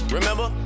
Remember